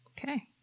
Okay